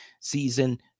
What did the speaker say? season